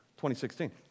2016